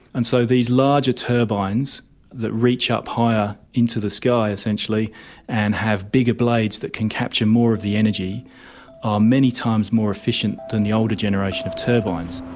and so these larger turbines that reach up higher into the sky essentially and have bigger blades that can capture more of the energy are many times more efficient than the older generation of turbines.